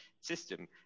system